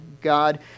God